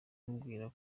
mubwira